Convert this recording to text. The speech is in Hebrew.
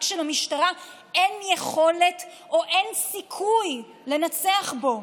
שלמשטרה אין יכולת ואין סיכוי לנצח בו.